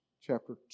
chapter